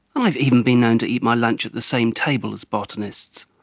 um i've even been known to eat my lunch at the same table as botanists.